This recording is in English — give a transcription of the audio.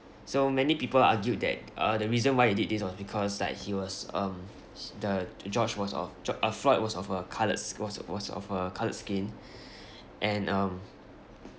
so many people argued that uh the reason why he did this because like he was um h~ the george was of ge~ uh floyd of a coloured sk~ was was of a coloured skin and um